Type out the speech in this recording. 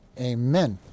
Amen